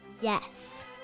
Yes